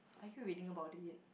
I keep reading about it